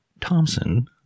Thompson